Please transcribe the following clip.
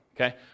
okay